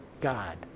God